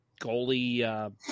goalie